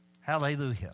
Hallelujah